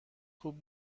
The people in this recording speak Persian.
خوب